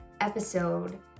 episode